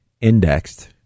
indexed